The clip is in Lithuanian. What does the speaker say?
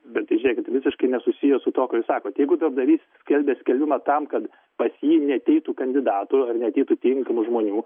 bet tai žiūrėkit visiškai nesusiję su tuo ką jūs sakot jeigu darbdavys skelbia skelbimą tam kad pas jį neateitų kandidatų ar neateitų tinkamų žmonių